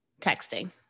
texting